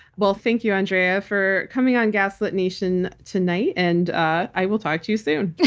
well, thank you, andrea, for coming on gaslit nation tonight and i will talk to you soon. yeah